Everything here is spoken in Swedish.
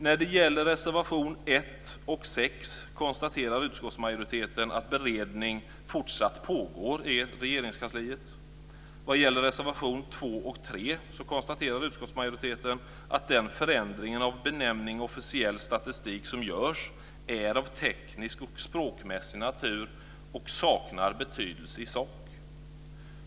När det gäller reservation 1 och 6 konstaterar utskottsmajoriteten att en beredning fortsatt pågår i När det gäller reservation 2 och 3 konstaterar utskottsmajoriteten att den förändring av benämningen officiell statistik som görs är av teknisk och språkmässig natur och saknar betydelse i sak.